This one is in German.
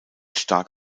stark